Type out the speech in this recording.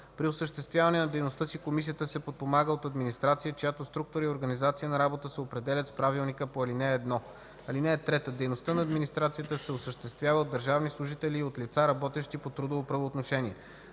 При осъществяване на дейността си комисията се подпомага от администрация, чиято структура и организация на работа се определят с правилника по ал. 1. (3) Дейността на администрацията се осъществява от държавни служители и от лица, работещи по трудово правоотношение.